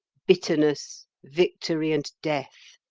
bitterness, victory, and death.